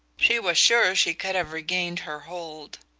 she was sure she could have regained her hold.